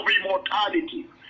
immortality